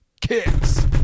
kicks